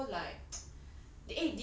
yeah so like